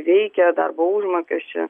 reikia darbo užmokesčio